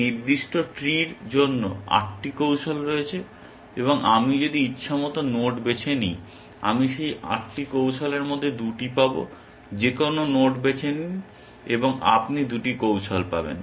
এই নির্দিষ্ট ট্রির জন্য 8টি কৌশল রয়েছে এবং আমি যদি ইচ্ছামত নোড বেছে নিই আমি সেই 8টি কৌশলের মধ্যে 2টি পাব যেকোনো নোড বেছে নিন এবং আপনি 2টি কৌশল পাবেন